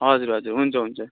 हजुर हजुर हुन्छ हुन्छ